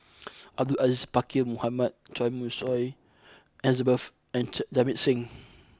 Abdul Aziz Pakkeer Mohamed Choy Moi Su Elizabeth and Jamit Singh